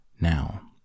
Now